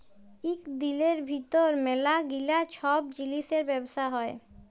ইক দিলের ভিতর ম্যালা গিলা ছব জিলিসের ব্যবসা হ্যয়